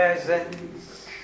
presence